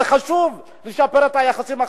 זה חשוב לשפר את היחסים שם,